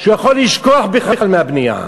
שהוא יכול לשכוח בכלל מהבנייה,